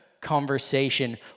conversation